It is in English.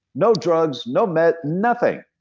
no drugs no med, nothing.